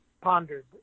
pondered